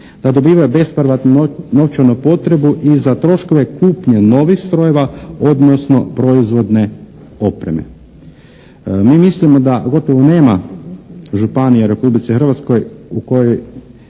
da dobivaju bespovratnu novčanu potporu i za troškove kupnje novih strojeva odnosno proizvodne opreme. Mi mislimo da gotovo nema županije u Republici Hrvatskoj u kojoj